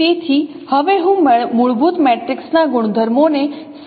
તેથી હવે હું મૂળભૂત મેટ્રિક્સના ગુણધર્મોને સારાંશ આપું